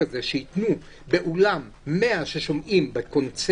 כזה שייתנו באולם ל-100 איש לשמוע קונצרט,